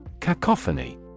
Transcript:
Cacophony